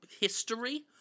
history